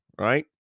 right